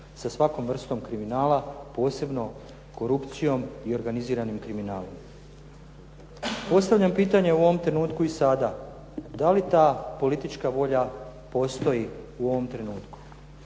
sa svakom vrstom kriminala posebno korupcijom i organiziranim kriminalom. Postavljam pitanje u ovom trenutku i sada da li ta politička volja postoji u ovom trenutku?